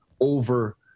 over